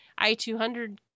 i200